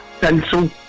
Pencil